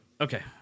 Okay